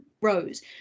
Rose